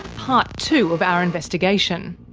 part two of our investigation.